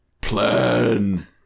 Plan